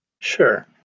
Sure